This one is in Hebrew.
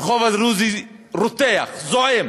הרחוב הדרוזי רותח, זועם.